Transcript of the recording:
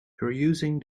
perusing